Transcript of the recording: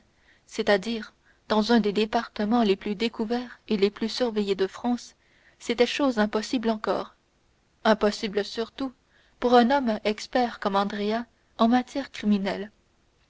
c'est-à-dire dans un des départements les plus découverts et les plus surveillés de france c'était chose impossible encore impossible surtout pour un homme expert comme andrea en matière criminelle